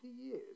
years